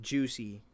Juicy